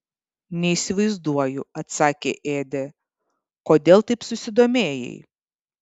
neįsivaizduoju atsakė ėdė kodėl taip susidomėjai